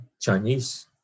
Chinese